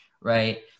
right